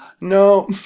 no